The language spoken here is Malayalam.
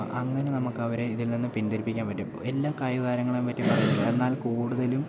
അങ്ങനെ നമുക്ക് അവരെ ഇതിൽനിന്ന് പിന്തിരിപ്പിക്കാൻ പറ്റും എല്ലാ കായിക താരങ്ങളെയും പറ്റി പറയുന്നില്ല എന്നാൽ കൂടുതലും